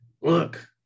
look